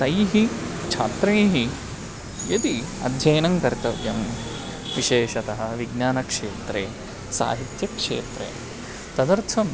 तैः छात्रैः यदि अध्ययनं कर्तव्यं विशेषतः विज्ञानक्षेत्रे साहित्यक्षेत्रे तदर्थं